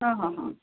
हां हां हां